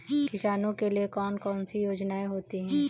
किसानों के लिए कौन कौन सी योजनायें होती हैं?